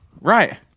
Right